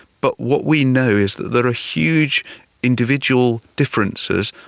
but what we know is that there are huge individual differences,